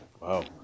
Wow